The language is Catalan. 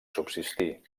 subsistir